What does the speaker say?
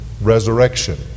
resurrection